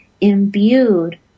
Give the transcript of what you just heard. imbued